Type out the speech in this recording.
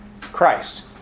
Christ